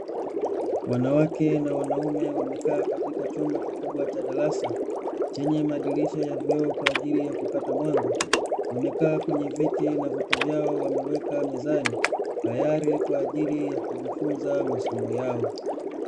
Wanawake na wanaume wamekaa katika chumba kikubwa cha darasa chenye madirisha ya vioo kwa ajili ya kupata mwanga, wamekaa kwenye viti na vitu vyao wameweka mezani tayari kwa ajili ya kujifunza masomo yao.